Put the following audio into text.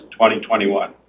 2021